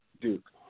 Duke